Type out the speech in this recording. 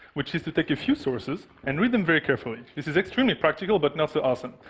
which is to take a few sources and read them very carefully. this is extremely practical, but not so awesome.